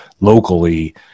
locally